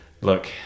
Look